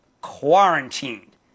quarantined